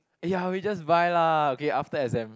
!aiya! we just buy lah okay after exam